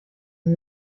sie